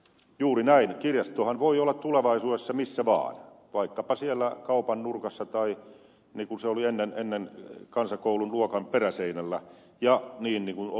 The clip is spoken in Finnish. juuri näin kirjastohan voi olla tulevaisuudessa missä vaan vaikkapa siellä kaupan nurkassa tai niin kuin se oli ennen kansakoulun luokan peräseinällä ja niin kuin ed